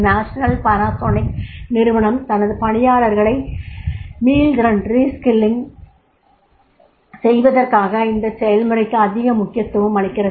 national Panasonic நிறுவனம் தனது பணியாளர்களை மீள் திறன் செய்வதற்காக இந்தச் செயல்முறைக்கு அதிக முக்கியத்துவம் அளிக்கிறது